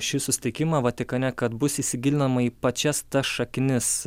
šį susitikimą vatikane kad bus įsigilinama į pačias tas šaknis